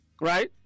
right